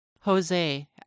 Jose